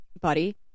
buddy